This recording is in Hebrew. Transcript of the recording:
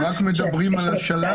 אנחנו רק מדברים על השלב,